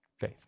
faith